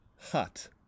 hut